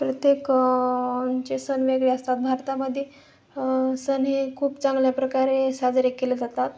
प्रत्येक चे सण वेगळे असतात भारतामध्ये सण हे खूप चांगल्या प्रकारे साजरे केले जातात